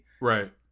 Right